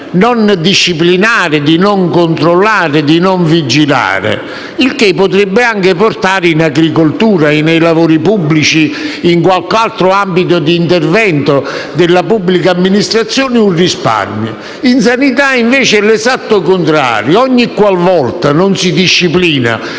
non disciplinare, di non controllare e di non vigilare e ciò potrebbe anche portare un risparmio in agricoltura, nei lavori pubblici e in qualche altro ambito di intervento della pubblica amministrazione. In sanità invece è l'esatto contrario: ogniqualvolta non si disciplina